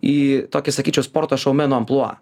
į tokį sakyčiau sporto šoumeno amplua